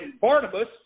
Barnabas